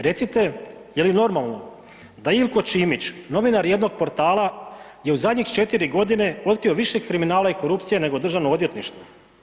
Recite, jeli normalno da Ilko Čimić novinar jednog portala je u zadnjih četiri godine otkrio više kriminala i korupcije nego državno odvjetništvo?